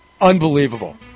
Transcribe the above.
unbelievable